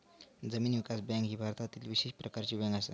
जमीन विकास बँक ही भारतातली विशेष प्रकारची बँक असा